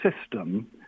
system